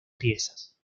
piezas